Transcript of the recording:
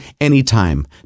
anytime